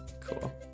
Cool